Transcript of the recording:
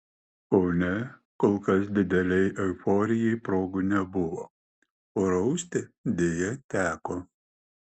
kaune kol kas didelei euforijai progų nebuvo o rausti deja teko